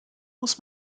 muss